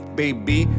baby